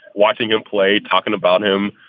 watching him play, talking about him,